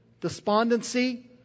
despondency